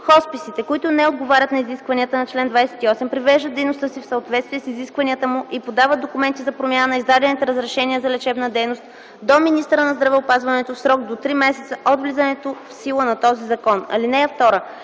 Хосписите, които не отговарят на изискванията на чл. 28, привеждат дейността си в съответствие с изискванията му и подават документи за промяна на издадените разрешения за лечебна дейност до министъра на здравеопазването в срок до три месеца от влизането в сила на този закон. (2)